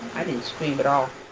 i didn't scream at all